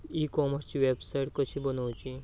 E कॉमर्सची website कशी बनवची?